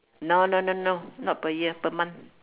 no no no no not per year per month